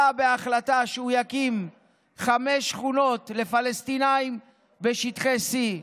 בהחלטה שהוא יקים חמש שכונות לפלסטינים בשטחי C,